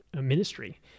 ministry